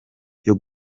byo